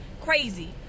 crazy